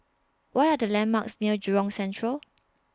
What Are The landmarks near Jurong Central